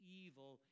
evil